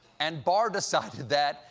and barr decided that,